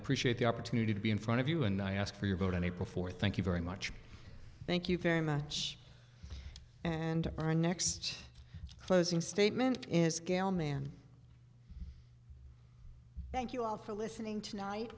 appreciate the opportunity to be in front of you and i ask for your vote on april fourth thank you very much thank you very much and our next closing statement is gayle man thank you all for listening tonight